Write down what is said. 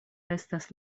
estas